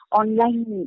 online